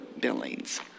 Billings